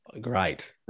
great